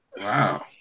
Wow